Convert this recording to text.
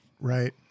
Right